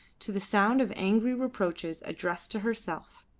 to the sound of angry reproaches addressed to herself.